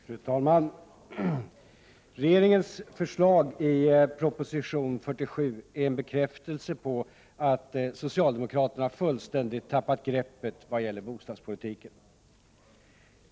Fru talman! Regeringens förslag i proposition 47 är en bekräftelse på att socialdemokraterna fullständigt tappat greppet vad gäller bostadspolitiken.